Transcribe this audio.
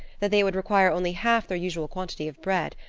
that they would require only half their usual quantity of bread,